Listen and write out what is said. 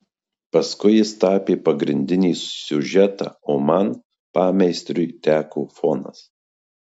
paskui jis tapė pagrindinį siužetą o man pameistriui teko fonas